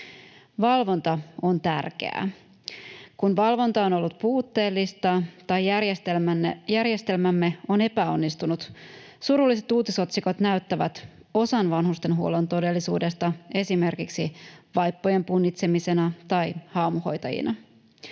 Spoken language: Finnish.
Valvonta on tärkeää. Kun valvonta on ollut puutteellista tai järjestelmämme on epäonnistunut, surulliset uutisotsikot näyttävät osan vanhustenhuollon todellisuudesta esimerkiksi vaippojen punnitsemisena tai haamuhoitajina.